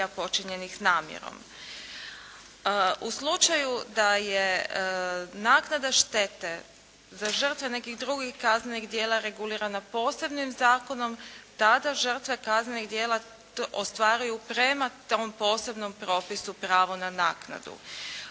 počinjenih s namjerom. U slučaju da je naknada štete za žrtve nekih drugih kaznenih djela regulirana posebnim zakonom tada žrtve kaznenih djela ostvaruju prema tom posebnom propisu pravo na naknadu.